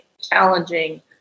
challenging